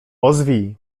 ozwij